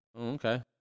Okay